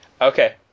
Okay